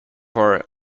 our